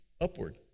upward